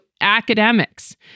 academics